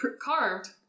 carved